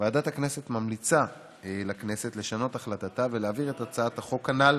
ועדת הכנסת ממליצה לכנסת לשנות את החלטתה ולהעביר את הצעת החוק הנ"ל